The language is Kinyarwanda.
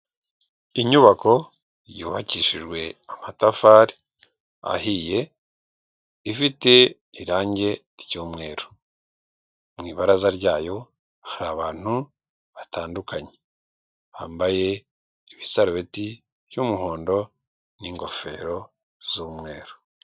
Inyubako yubakishijwe amatafari ahiye, ifite irange ry'umweru, mu ibaraza ryayo hari abantu batandukanye, bambaye ibisarubeti by'umuhondo n'ingofero z'umweru.